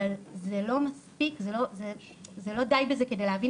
אבל זה לא מספיק וזה לא די בזה כדי להבין